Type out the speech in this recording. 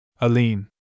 Aline